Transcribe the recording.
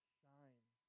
shines